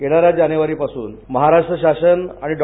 येणाऱ्या जानेवारीपासून महाराष्ट्र शासन आणि डॉ